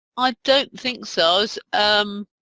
i don't think so so um